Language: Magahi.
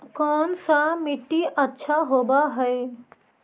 कोन सा मिट्टी अच्छा होबहय?